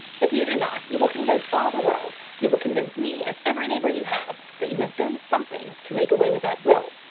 if you do not, you will convince all the world, you will convince me and every neighbour you have, that you have done something to make away with that will.